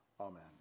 Amen